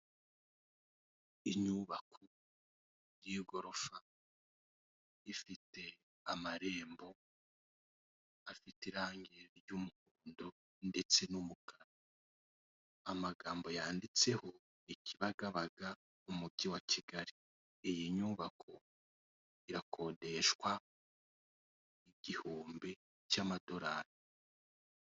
Inyubako y'igorofa ifite amarembo afite irange ry'umuhondo ndetse n'umukara, amagambo yanditseho "i Kibagabaga mu mujyi wa Kigali, iyi nyubako irakodeshwa igihumbi cy'amadolari".